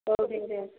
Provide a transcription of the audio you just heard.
औ दे दे